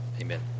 Amen